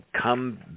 come